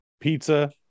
pizza